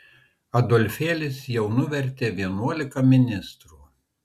adolfėlis jau nuvertė vienuolika ministrų